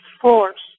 force